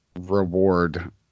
reward